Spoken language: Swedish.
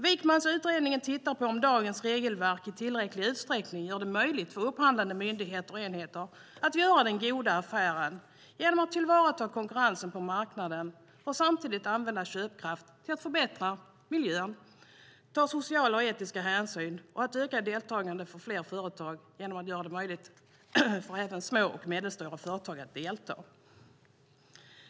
Wijkmans utredning tittar på om dagens regelverk i tillräcklig utsträckning gör det möjligt för upphandlande myndigheter och enheter att göra den goda affären genom att tillvarata konkurrensen på marknaden och samtidigt använda köpkraft till att förbättra miljön, ta sociala och etiska hänsyn och öka deltagandet för fler företag genom att göra det möjligt för även små och medelstora företag att delta.